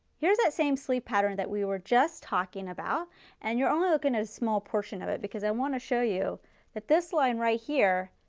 here is the same sleeve pattern that we were just talking about and you are only looking at a small portion of it because i want to show you that this line right here,